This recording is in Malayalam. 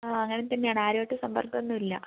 അ അങ്ങനെ തന്നെ ആണ് ആരുവായിട്ടും സമ്പർക്കൊന്നും ഇല്ല